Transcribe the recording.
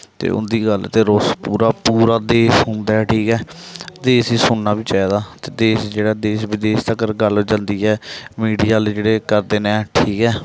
ते उं'दी गै गल्ल ते रोज पूरा पूरा देश सुनदा ऐ ठीक ऐ देश गी सुनना बी चाहिदा ते देश जेह्ड़ा देश बदेश तकर गल्ल चलदी ऐ मिडिया आह्ले जेह्ड़े करदे न ठीक ऐ